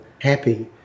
happy